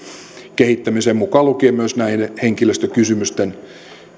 kehittämiseen mukaan lukien myös näiden henkilöstökysymysten